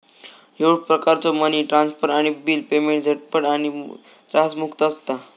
ह्यो प्रकारचो money transfer आणि बिल पेमेंट झटपट आणि त्रासमुक्त असता